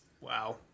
Wow